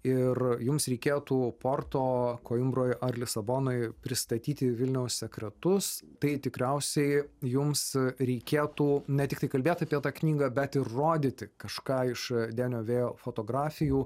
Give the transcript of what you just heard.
ir jums reikėtų porto koimbroj ar lisabonoj pristatyti vilniaus sekretus tai tikriausiai jums reikėtų ne tiktai kalbėti apie tą knygą bet ir rodyti kažką iš denio vėjo fotografijų